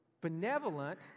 benevolent